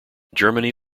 germany